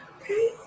Okay